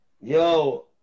yo